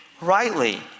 rightly